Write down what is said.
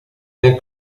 nel